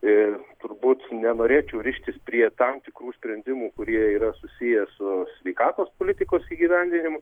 ir turbūt nenorėčiau rištis prie tam tikrų sprendimų kurie yra susiję su sveikatos politikos įgyvendinimu